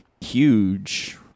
huge